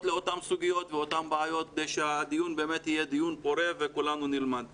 לאותן סוגיות והדיון יהיה דיון פורה וכולנו נלמד ממנו.